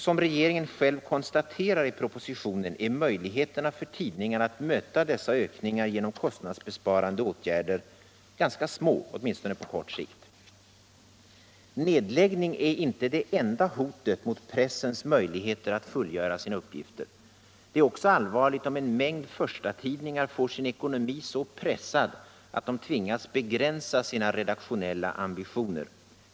Som regeringen själv konstaterar i propositionen är möjligheterna för tidningarna att möta dessa ökningar genom kostnadsbesparande åtgärder ganska små, åtminstone på kort sikt. Nedläggning är inte det enda hotet mot pressens möjligheter att fullgöra sina uppgifter. Det är också allvarligt om en mängd förstatidningar får sin ekonomi så pressad att de tvingas begränsa sina redaktionella ambitioner.